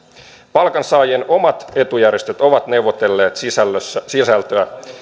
palkansaajien omat etujärjestöt ovat neuvotelleet sisältöä